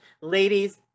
Ladies